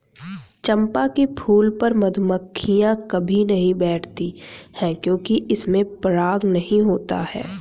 चंपा के फूल पर मधुमक्खियां कभी नहीं बैठती हैं क्योंकि इसमें पराग नहीं होता है